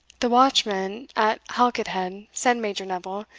the watchman at halket-head, said major neville,